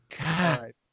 God